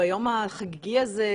ביום החגיגי הזה,